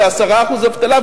ל-10% אבטלה,